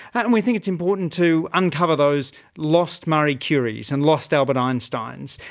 but and we think it's important to uncover those lost marie curies and lost albert einsteins,